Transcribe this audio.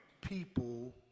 people